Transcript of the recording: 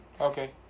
Okay